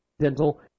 dental